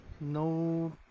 No